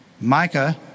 Micah